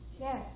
Yes